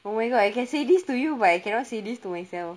oh my god I can say this to you but I cannot say this to myself